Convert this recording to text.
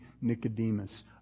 Nicodemus